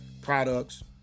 products